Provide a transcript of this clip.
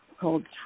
called